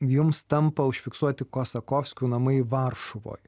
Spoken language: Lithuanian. jums tampa užfiksuoti kosakovskių namai varšuvoj